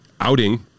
outing